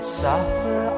suffer